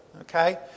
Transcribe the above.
okay